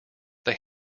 they